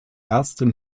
ersten